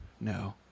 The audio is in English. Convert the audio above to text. No